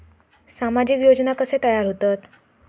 सामाजिक योजना कसे तयार होतत?